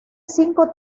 cinco